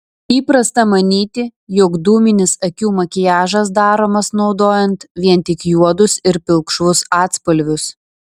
įprasta manyti jog dūminis akių makiažas daromas naudojant vien tik juodus ir pilkšvus atspalvius